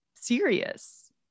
serious